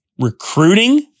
recruiting